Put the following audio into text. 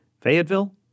Fayetteville